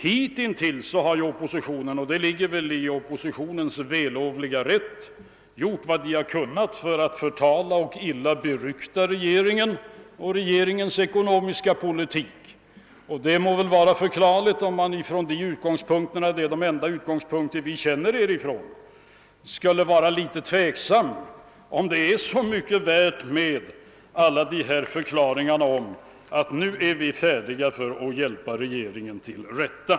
Hittills har ju oppositionen — och det ligger väl i oppositionens vällovliga rätt — gjort vad den har kunnat för att förtala och illa berykta regeringen och regeringens ekonomiska politik. Det må väl vara försvarligt, om man från de utgångspunkterna — och det är de enda utgångspunkter vi känner oppositionen ifrån — skulle vara litet tveksam, om det är så mycket värt med alla dessa förklaringar om att nu är man inom Ooppositionen färdig med att hjälpa regeringen till rätta.